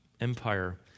empire